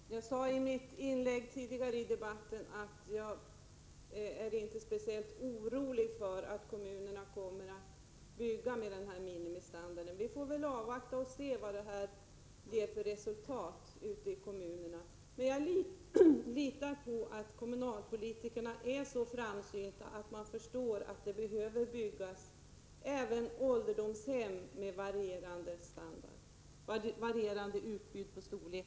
Fru talman! Jag sade i mitt inlägg tidigare att jag inte är speciellt orolig över att kommunerna kommer att bygga bostäder med minimistandard. Vi får väl avvakta och se vad detta kan ge för resultat ute i kommunerna. Jag litar på att kommunalpolitikerna är så framsynta att de förstår att det behövs även ålderdomshem med varierande bostadsstorlek.